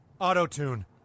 Auto-tune